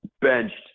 benched